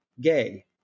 gay